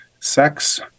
sex